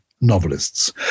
novelists